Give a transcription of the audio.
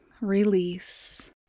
Release